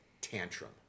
tantrum